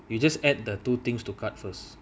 you just add the two things to cart first